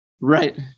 Right